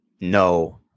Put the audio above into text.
No